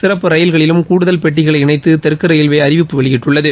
சிறப்பு ரயில்களிலும் கூடுதல் பெட்டிகளை இணைத்து தெற்கு ரயில்வே அறிவிப்பு வெளியிட்டுள்ளது